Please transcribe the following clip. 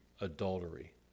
adultery